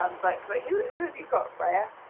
um but, but who who have you got freya?